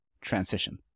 transition